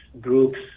groups